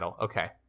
Okay